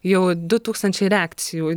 jau du tūkstančiai reakcijų